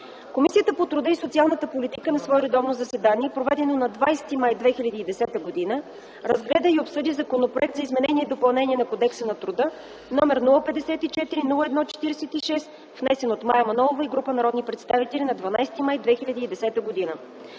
Комисията по труда и социалната политика на свое редовно заседание, проведено на 20 май 2010 г., разгледа и обсъди Законопроект за изменение и допълнение на Кодекса на труда, № 054-01-46, внесен от Мая Манолова и група народни представители на 13.05.2010 г.